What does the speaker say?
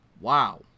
Wow